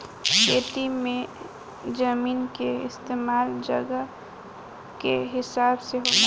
खेती मे जमीन के इस्तमाल जगह के हिसाब से होला